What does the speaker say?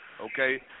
Okay